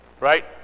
right